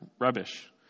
rubbish